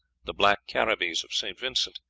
the black carribees of saint vincent,